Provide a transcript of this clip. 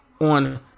on